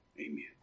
Amen